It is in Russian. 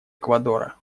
эквадора